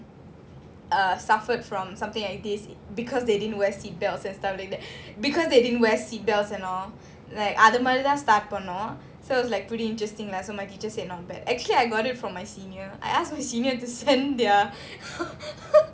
err suffered from something like this because they didn't wear seatbelts and stuff like that because they didn't wear seatbelts and all like அதுமாதிரிதான்:adhu madhirithan start பண்ணோம்:pannom so it's like pretty interesting lah so my teacher said not bad actually I got it from my senior I ask my senior to send their